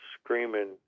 screaming